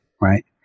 right